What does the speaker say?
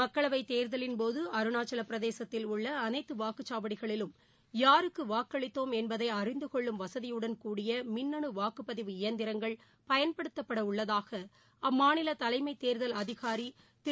மக்களவைதேர்தலின்போதுஅருண ாச்சலப்பிரதேசத்தில் உள்ளஅனைத்துவாக்குச்சாவடிகளிலும் யாருக்குவாக்களித்தோம் என்பதைஅறிந்துகொள்ளும் வசதியுடன் மின்னணுவாக்குப்பதிவு கூடிய இயந்திரங்கள் பயன்படுத்தப்படஉள்ளதாகஅம்மாநிலதலைமைத் தேர்தல் அதிகாரிதிரு